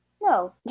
No